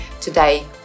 Today